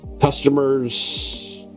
customers